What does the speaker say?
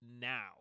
Now